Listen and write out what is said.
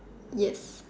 Yes